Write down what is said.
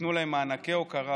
ניתנו להם מענקי הוקרה,